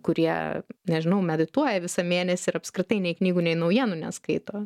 kurie nežinau medituoja visą mėnesį ir apskritai nei knygų nei naujienų neskaito